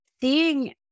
seeing